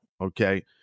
okay